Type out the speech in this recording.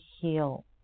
heal